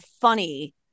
funny